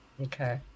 okay